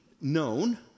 known